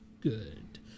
good